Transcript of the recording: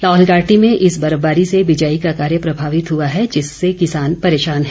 लाहौल घाटी में इस बर्फबारी से बिजाई का कार्य प्रभावित हुआ है जिससे किसान परेशान हैं